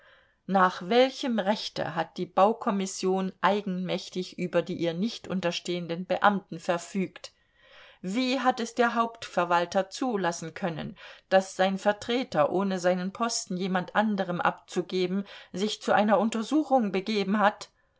nach welchem rechte hat die baukommission eigenmächtig über die ihr nicht unterstehenden beamten verfügt wie hat es der hauptverwalter zulassen können daß sein vertreter ohne seinen posten jemand anderem abzugeben sich zu einer untersuchung begeben hat